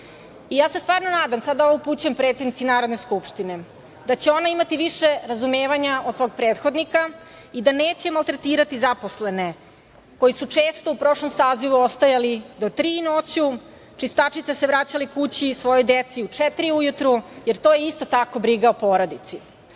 dan. Stvarno se nadam, sada ovo upućujem predsednici Narodne skupštine, da će ona imati više razumevanja od svog prethodnika i da neće maltretirati zaposlene koji su često u prošlom sazivu ostajali do 03 časova noću, čistačice se vraćale kući svojoj deci u 04 časova ujutru, jer to je isto tako briga o porodici,